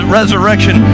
resurrection